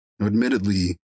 Admittedly